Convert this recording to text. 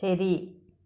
ശരി